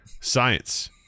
science